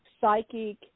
psychic